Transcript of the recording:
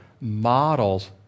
models